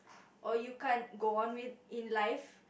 or you can't go on with in life